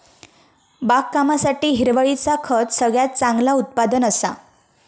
बागकामासाठी हिरवळीचा खत सगळ्यात चांगला उत्पादन असा